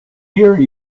hear